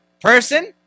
person